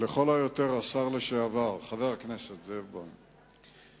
לכל היותר השר לשעבר, חבר הכנסת זאב בוים.